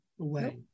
away